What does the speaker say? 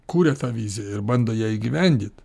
kuria tą viziją ir bando ją įgyvendyt